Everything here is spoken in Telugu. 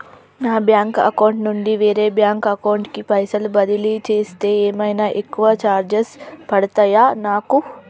నా బ్యాంక్ అకౌంట్ నుండి వేరే బ్యాంక్ అకౌంట్ కి పైసల్ బదిలీ చేస్తే ఏమైనా ఎక్కువ చార్జెస్ పడ్తయా నాకు?